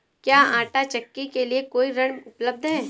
क्या आंटा चक्की के लिए कोई ऋण उपलब्ध है?